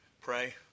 Pray